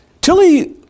Tilly